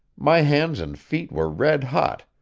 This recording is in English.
my hands and feet were red-hot,